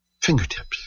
fingertips